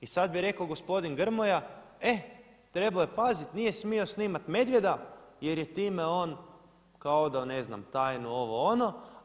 I sad bi rekao gospodin Grmoja, e trebao je paziti, nije smisao snimat medvjeda, jer je time on kao odao ne znam tajnu ovo, ono.